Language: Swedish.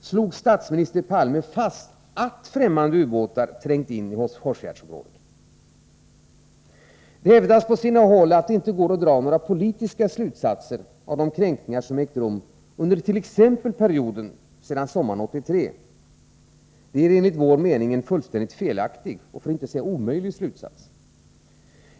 slog statsminister Palme fast att fftämmande ubåtar trängt in i Hårsfjärdsområdet. Det hävdas på sina håll att det inte går att dra några politiska slutsatser av de ubåtskränkningar som ägt rum under t.ex. perioden sedan sommaren 1982. Det är, enligt min mening, en felaktig och alldeles omöjlig slutsats.